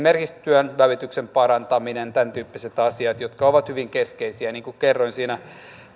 esimerkiksi työnvälityksen parantamiseen tämän tyyppisiin asioihin jotka ovat hyvin keskeisiä niin kuin kerroin siinä